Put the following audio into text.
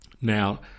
Now